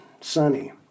sunny